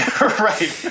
Right